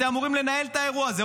אתם אמורים לנהל את האירוע הזה.